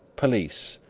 police,